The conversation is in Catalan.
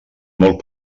molt